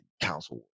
council